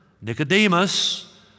Nicodemus